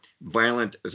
violent